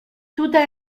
tutte